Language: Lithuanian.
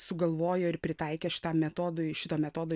sugalvojo ir pritaikė šitam metodui šito metodo